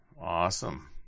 Awesome